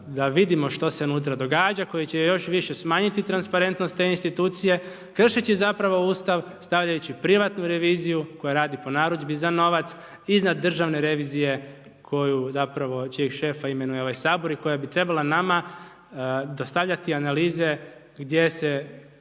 da vidimo što se unutra događa, koji će još više smanjiti transparentnost te institucije, kršeći zapravo Ustav, stavljajući privatnu reviziju, koja radi po narudžbi za novac, iznad Državne revizije, koju zapravo, čijeg šefa imenuje ovaj Sabor i koja bi trebala nama dostavljati analize gdje se